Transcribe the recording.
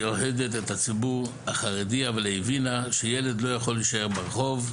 אוהדת את הציבור החרדי אבל הבינה שילד לא יכול להישאר ברחוב,